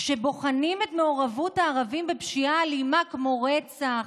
כשבוחנים את מעורבות הערבים בפשיעה אלימה כמו רצח,